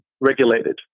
regulated